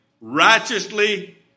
righteously